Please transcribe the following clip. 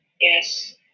Yes